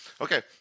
Okay